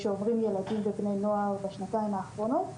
שעוברים ילדים ובני נוער בשנתיים האחרונות,